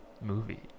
movie